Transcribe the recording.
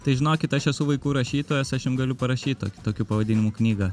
tai žinokit aš esu vaikų rašytojas aš jum galiu parašyt tokiu pavadinimu knygą